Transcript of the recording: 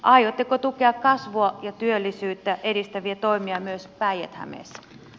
aiotteko tukea kasvua ja työllisyyttä edistäviä toimia myös päijät hämeessä